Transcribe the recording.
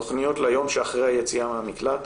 תכניות ליום שאחרי היציאה מהמקלט,